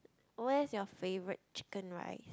where's you favorite chicken rice